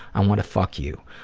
i want to fuck you.